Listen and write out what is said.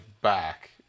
back